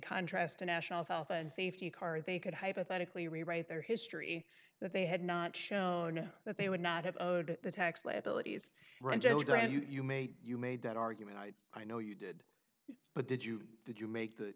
contrast to national health and safety car they could hypothetically rewrite their history that they had not shown that they would not have owed the tax liabilities rangel do you made you made that argument i know you did but did you did you make th